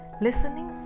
Listening